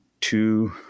two